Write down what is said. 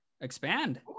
expand